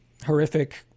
horrific